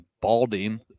balding